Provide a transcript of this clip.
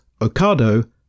Ocado